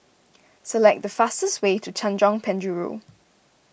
select the fastest way to Tanjong Penjuru